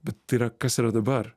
bet tai yra kas yra dabar